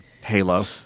Halo